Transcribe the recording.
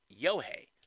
Yohei